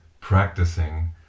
practicing